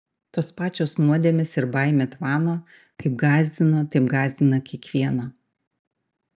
tos pačios nuodėmės ir baimė tvano kaip gąsdino taip gąsdina kiekvieną